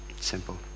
simple